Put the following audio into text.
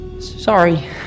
Sorry